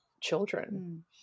children